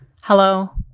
Hello